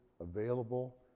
available